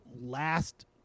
last